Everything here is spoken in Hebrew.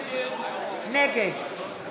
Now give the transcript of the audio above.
נגד